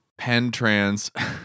PenTrans